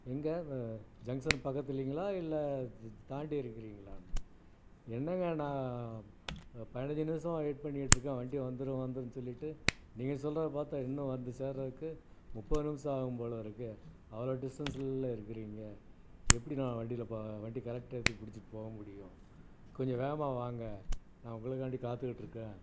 எங்கே ப ஜங்ஷன் பக்கத்து இல்லைங்களா இல்லை இது தாண்டி இருக்குறீர்களாண்ணா என்னங்க அண்ணா நான் பதினஞ்சு நிமிஷமாக வெயிட் பண்ணிட்டு இருக்கேன் வண்டி வந்துரும் வந்துரும்னு சொல்லிவிட்டு நீங்கள் சொல்றதை பார்த்தா இன்னும் வந்து சேர்றதுக்கு முப்பது நிமிஷம் ஆகும் போலருக்கே அவ்வளோ டிஸ்டன்ஸில்ல இருக்கிறீங்க எப்படி நான் வண்டியில ப வண்டி கரெக்ட் டயத்துக்கு பிடிச்சுட்டு போக முடியும் கொஞ்சம் வேகமாக வாங்க நான் உங்களுகாண்டி காத்துட்டு இருக்கேன்